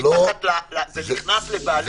זה נכנס לבעלי חיים.